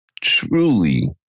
truly